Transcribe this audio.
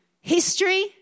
history